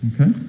Okay